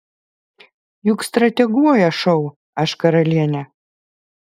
juk strateguoja šou aš karalienė